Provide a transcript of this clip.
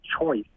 choice